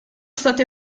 state